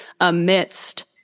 amidst